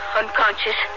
unconscious